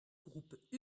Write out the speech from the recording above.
groupe